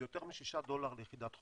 זה יותר משישה דולר ליחידת חום.